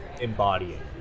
embodying